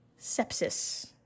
sepsis